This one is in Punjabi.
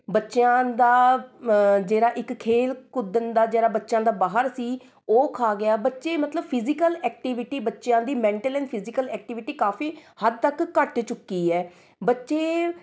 ਬੱਚਿਆਂ ਦਾ ਜਿਹੜਾ ਇੱਕ ਖੇਲ ਕੁੱਦਣ ਦਾ ਜਿਹੜਾ ਬੱਚਿਆਂ ਦਾ ਬਾਹਰ ਸੀ ਉਹ ਖਾ ਗਿਆ ਬੱਚੇ ਮਤਲਬ ਫਿਜ਼ੀਕਲ ਐਕਟੀਵਿਟੀ ਬੱਚਿਆਂ ਦੀ ਮੈਂਟਲ ਐਂਡ ਫਿਜ਼ੀਕਲ ਐਕਟੀਵਿਟੀ ਕਾਫੀ ਹੱਦ ਤੱਕ ਘੱਟ ਚੁੱਕੀ ਹੈ ਬੱਚੇ